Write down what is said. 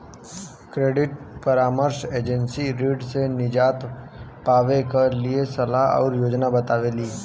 credit परामर्श agency ऋण से निजात पावे क लिए सलाह आउर योजना बतावेली